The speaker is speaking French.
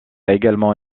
également